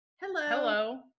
Hello